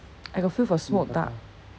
I got feel for smoked duck